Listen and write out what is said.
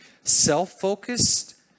self-focused